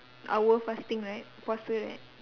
our fasting right puasa right